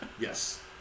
Yes